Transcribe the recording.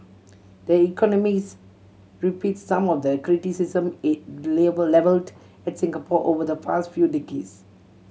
the Economist repeats some of the criticism it levelled at Singapore over the past few decades